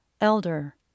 elder